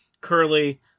Curly